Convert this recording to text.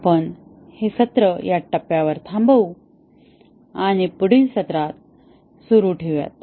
आपण हे सत्र या टप्प्यावर थांबवू आणि पुढील सत्रात सुरू ठेवू